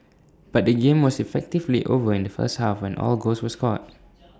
but the game was effectively over in the first half when all goals were scored